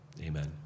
amen